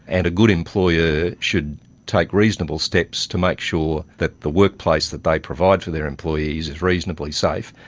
and a good employer should take reasonable steps to make sure that the workplace that they provide for their employees is reasonably safe,